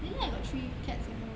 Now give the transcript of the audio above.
did you know I got three cats at home